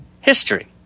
History